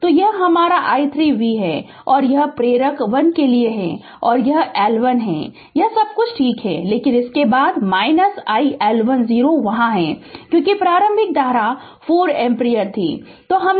तो यह हमारा i 3 v है और यह प्रेरक 1 के लिए है और यह L1 है यह सब कुछ ठीक है लेकिन इसके बाद iL1 0 वहाँ है क्योंकि प्रारंभिक धारा 4 एम्पीयर थी